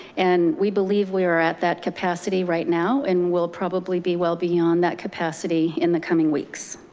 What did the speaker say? and we believe we are at that capacity right now, and we'll probably be well beyond that capacity in the coming weeks.